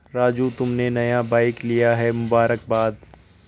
राजू तुमने नया बाइक लिया है मुबारकबाद